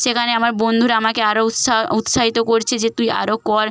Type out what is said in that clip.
সেখানে আমার বন্ধুরা আমাকে আরো উৎসাহিত করছে যে তুই আরো কর